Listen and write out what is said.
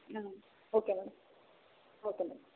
ಹಾಂ okay madam okay madam